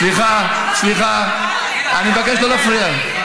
סליחה, סליחה, אני מבקש לא להפריע.